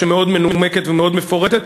המאוד מנומקת ומאוד מפורטת.